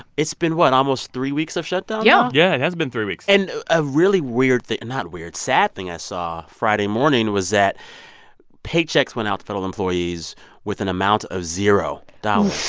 it's been what? almost three weeks of shutdown? yeah yeah it has been three weeks and a really weird and not weird sad thing i saw friday morning was that paychecks went out to federal employees with an amount of zero dollars.